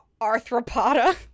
arthropoda